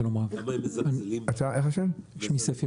שמי ספי